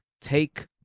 take